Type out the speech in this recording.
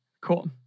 cool